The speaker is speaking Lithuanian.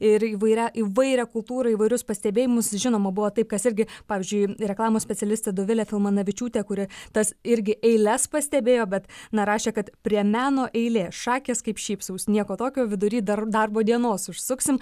ir įvairią įvairią kultūrą įvairius pastebėjimus žinoma buvo taip kas irgi pavyzdžiui reklamos specialistė dovilė filmanavičiūtė kuri tas irgi eiles pastebėjo bet na rašė kad prie meno eilė šakės kaip šypsaus nieko tokio vidury dar darbo dienos užsuksim